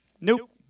Nope